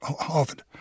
Harvard